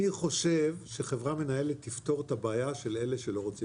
אני חושב שחברה מנהלת תפתור את הבעיה של אלה שלא רוצים.